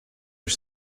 are